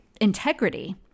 integrity